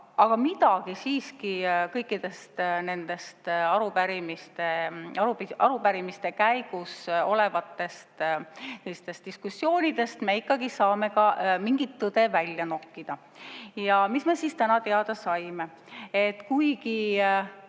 mingit tõde kõikidest nendest arupärimiste käigus olevatest diskussioonidest me ikkagi saame ka välja nokkida. Ja mis me siis täna teada saime?